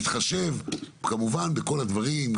להתחשב בכל הדברים,